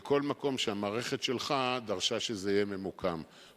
בכל מקום שהמערכת שלך דרשה שזה יהיה ממוקם.